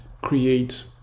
create